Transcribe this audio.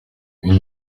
une